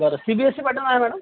बर C B S E पँटम आहेॅ डम